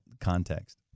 context